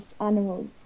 animals